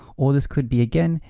or this could be again,